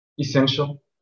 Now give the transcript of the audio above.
essential